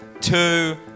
two